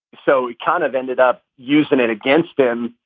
so he kind of ended up using it against them,